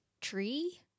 tree